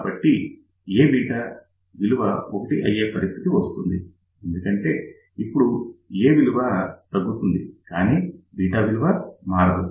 కాబట్టి Aβ విలువ 1 అయ్యే పరిస్థితి వస్తుంది ఎందుకంటే ఇప్పుడు A విలువ తగ్గుతుంది కానీ β విలువ మారదు